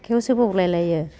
आखायावसो बौलाय लायो